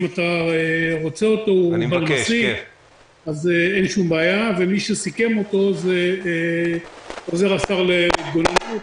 מי שסיכם אותו זה עוזר השר להתגוננות,